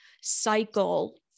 cycle